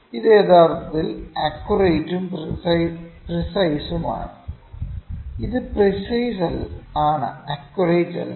ഇത് യഥാർത്ഥത്തിൽ അക്യൂറേറ്റ് ഉം പ്രീസൈസ് ഉം ആണ് ഇത് പ്രീസൈസ് ആണ് അക്യൂറേറ്റല്ല